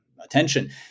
attention